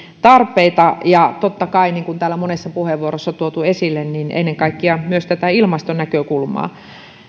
tarpeita ja totta kai niin kuin täällä monessa puheenvuorossa on tuotu esille ennen kaikkea myös ilmastonäkökulmaa